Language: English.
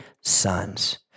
sons